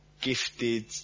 gifted